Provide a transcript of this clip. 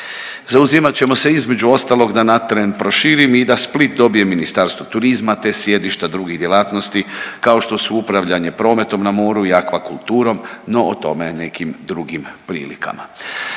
Zauzimat ćemo se između ostalog da na … proširim i da Split dobije Ministarstvo turizma te sjedište drugih djelatnosti kao što su upravljanje prometom na moru i akva kulturom, no o tome nekim drugim prilikama.